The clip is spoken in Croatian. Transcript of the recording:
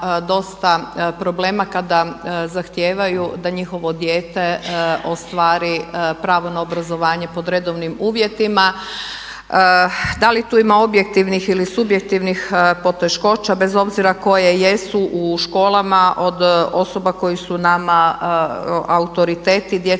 dosta problema kada zahtijevaju da njihovo dijete ostvari pravo na obrazovanje pod redovnim uvjetima. Da li tu ima objektivnih ili subjektivnih poteškoća, bez obzira koje jesu u školama od osoba koje su nama autoriteti, djeci